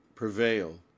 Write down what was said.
Prevail